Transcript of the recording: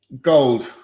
Gold